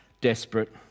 desperate